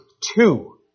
two